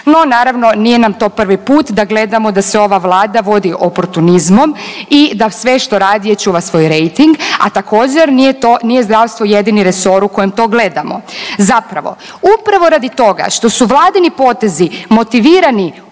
No naravno nije nam to prvi put da gledamo da se ova Vlada vodi oportunizmom i da sve što radi čuva svoj rejting, a također nije zdravstvo jedini resor u kojem to gledamo. Zapravo, upravo radi toga što su Vladini potezi motivirani upravo